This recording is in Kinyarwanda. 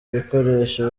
ibikoresho